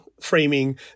framing